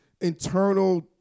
internal